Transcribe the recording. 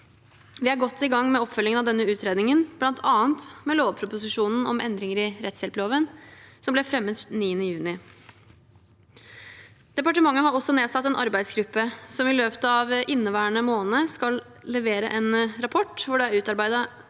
Vi er godt i gang med oppfølgingen av denne utredningen, bl.a. med lovproposisjonen om endringer i rettshjelploven, som ble fremmet 9. juni. Departementet har også nedsatt en arbeidsgruppe som i løpet av inneværende måned skal levere en rapport hvor det er utredet